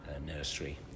nursery